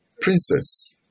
princess